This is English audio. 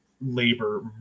labor